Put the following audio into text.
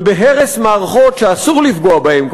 ובהרס מערכות שאסור לפגוע בהן,